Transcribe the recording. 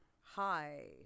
hi